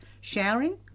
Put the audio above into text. Showering